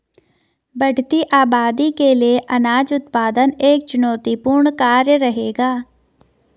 बढ़ती आबादी के लिए अनाज उत्पादन एक चुनौतीपूर्ण कार्य रहेगा